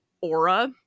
aura